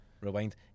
Rewind